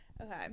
Okay